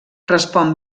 respon